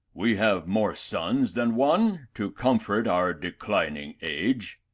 we have more sons than one, to comfort our declining age.